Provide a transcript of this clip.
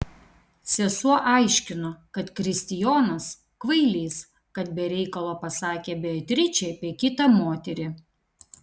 sesuo aiškino kad kristijonas kvailys kad be reikalo pasakė beatričei apie kitą moterį